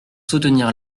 soutenir